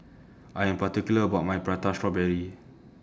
I Am particular about My Prata Strawberry